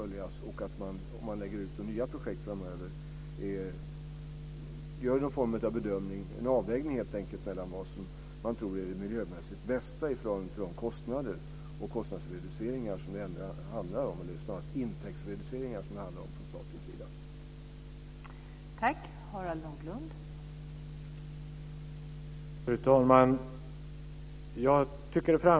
Lägger man ut nya projekt framöver är det också rimligt att man helt enkelt gör en avvägning mellan vad man tror är det miljömässigt bästa i förhållande till de kostnader och kostnadsreduceringar eller snarare intäktsreduceringar för staten som det handlar om.